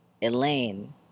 Elaine